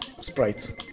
sprites